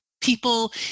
People